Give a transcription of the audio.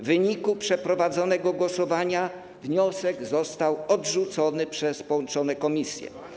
W wyniku przeprowadzonego głosowania wniosek został odrzucony przez połączone komisje.